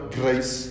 grace